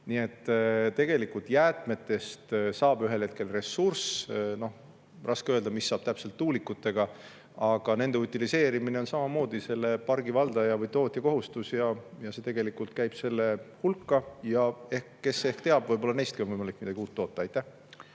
Nii et tegelikult jäätmetest saab ühel hetkel ressurss. Raske öelda, mis saab täpselt tuulikutest, aga nende utiliseerimine on samamoodi selle pargi valdaja või tootja kohustus. See tegelikult käib selle hulka. Ja kes teab, võib-olla neistki on võimalik midagi uut toota.